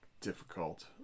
difficult